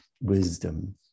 wisdom